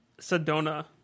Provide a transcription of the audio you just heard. Sedona